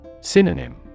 Synonym